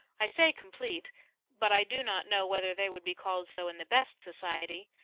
i say, complete but i do not know whether they would be called so in the best society.